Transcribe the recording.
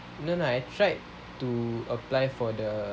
no no I tried to apply for the